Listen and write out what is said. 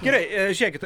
gerai žiūrėkit